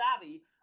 savvy